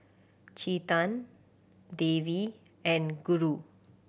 Chetan Devi and Guru